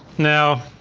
now,